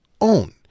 own